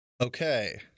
Okay